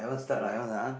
like